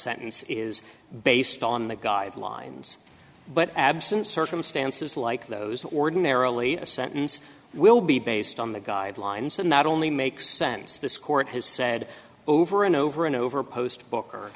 sentence is based on the guidelines but absent circumstances like those ordinarily a sentence will be based on the guidelines and that only makes sense this court has said over and over and over post booker